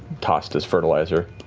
tossed as fertilizer.